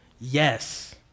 Yes